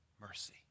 mercy